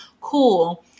cool